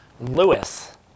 Lewis